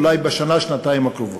אולי בשנה-שנתיים הקרובות.